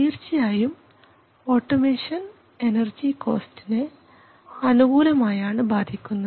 തീർച്ചയായും automation energy കോസ്റ്റിനെ അനുകൂലമായാണ് ബാധിക്കുന്നത്